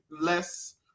less